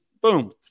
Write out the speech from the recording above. boom